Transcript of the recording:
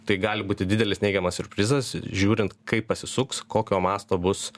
tai gali būti didelis neigiamas siurprizas žiūrint kaip pasisuks kokio masto bus